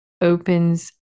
opens